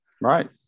right